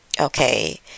Okay